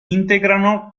integrano